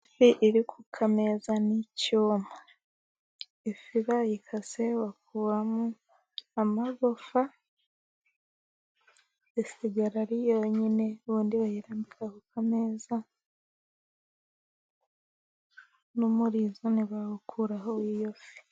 Ifi iri ku kameza n'icyuma, ifi bayikase bakuramo amagufa, isigara ari yonyine ubundi bayirambika ku kameza n'umurizo ntibawukuraho w'iyo fi.